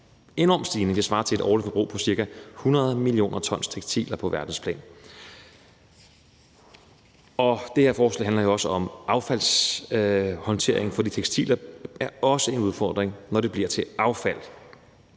og det svarer til et årligt forbrug på cirka 100 mio. t tekstiler på verdensplan. Og det her forslag handler jo også om affaldshåndtering, for tekstiler er også en udfordring, når det bliver til affald.